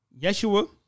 Yeshua